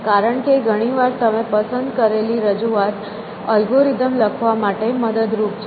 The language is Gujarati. કારણ કે ઘણીવાર તમે પસંદ કરેલી રજૂઆત એલ્ગોરિધમ લખવા માટે મદદરૂપ છે